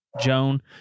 Joan